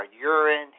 urine